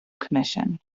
commission